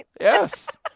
Yes